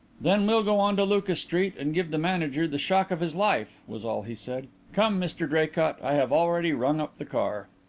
then we'll go on to lucas street and give the manager the shock of his life, was all he said. come, mr draycott, i have already rung up the car.